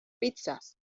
pizzas